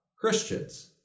Christians